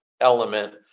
element